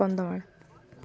Kandhamal